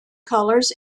colors